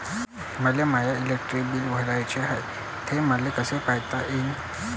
मले my electric bill भराचं हाय, ते मले कस पायता येईन?